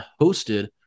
hosted